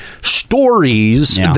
stories